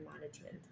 management